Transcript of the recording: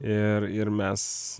ir ir mes